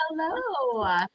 hello